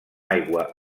aigua